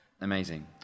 Amazing